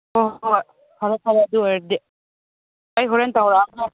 ꯍꯣ ꯍꯣꯏ ꯐꯔꯦ ꯐꯔꯦ ꯑꯗꯨ ꯑꯣꯏꯔꯗꯤ ꯑꯩ ꯍꯣꯔꯦꯟ ꯇꯧꯔꯛꯑꯒꯦ